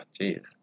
jeez